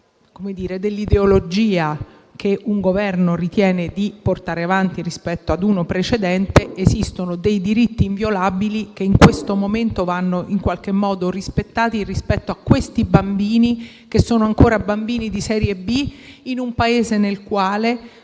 dell'ideologia che un Governo ritiene di portare avanti rispetto ad uno precedente, esistono dei diritti inviolabili che in questo momento vanno rispettati in riferimento a questi bambini che sono ancora di serie B, in un Paese nel quale